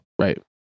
Right